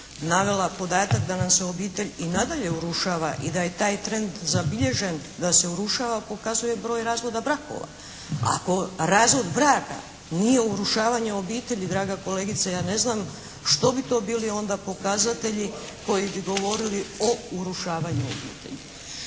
navela podatak da nam se obitelj i nadalje urušava i da je taj trend zabilježen da se urušava pokazuje broj razvoda brakova. Ako razvod braka nije urušavanje obitelji draga kolegice ja ne znam što bi to bili onda pokazatelji koji bi govorili o urušavanju obitelji.